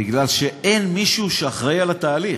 כי אין מישהו שאחראי לתהליך.